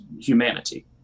humanity